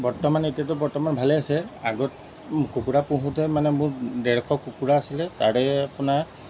বৰ্তমান এতিয়াতো বৰ্তমান ভালেই আছে আগত কুকুৰা পুহোতে মানে মোৰ দেৰশ কুকুৰা আছিলে তাৰে আপোনাৰ